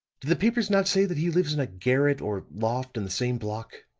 the papers not say that he lives in a garret or loft, in the same block?